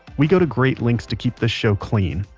we go to great lengths to keep this show clean,